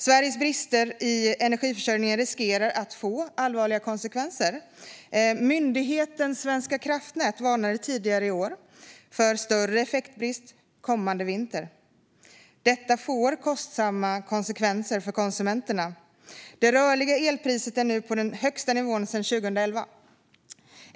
Sveriges brister i energiförsörjningen riskerar att få allvarliga konsekvenser. Affärsverket Svenska kraftnät varnade tidigare i år för större effektbrist kommande vinter, vilket får kostsamma konsekvenser för konsumenterna. Det rörliga elpriset är nu på den högsta nivån sedan 2011.